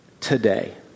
today